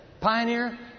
Pioneer